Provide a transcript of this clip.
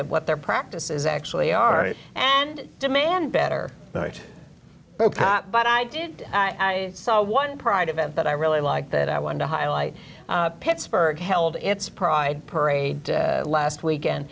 at what their practices actually are and demand better know it but i did i saw one pride event that i really like that i wanted to highlight pittsburgh held its pride parade last weekend